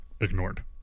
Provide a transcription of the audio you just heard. ignored